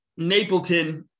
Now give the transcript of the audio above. Napleton